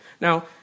Now